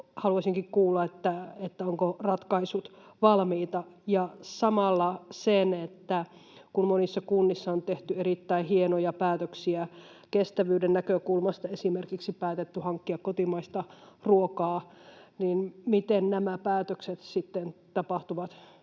haluaisinkin kuulla, ovatko ratkaisut valmiita. Ja samalla kysyn sitä, että kun monissa kunnissa on tehty erittäin hienoja päätöksiä kestävyyden näkökulmasta, esimerkiksi päätetty hankkia kotimaista ruokaa, niin miten nämä päätökset sitten tapahtuvat